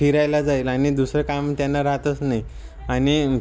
फिरायला जाईल आणि दुसरं काम त्यांना राहतच नाही आणि